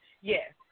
Yes